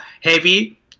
heavy